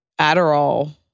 Adderall